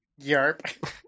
yarp